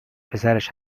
پسرش